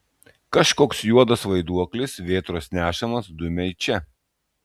kažkoks juodas vaiduoklis vėtros nešamas dumia į čia